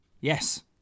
yes